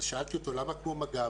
שאלתי אותו, למה כמו מג"ב?